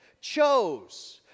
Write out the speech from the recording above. chose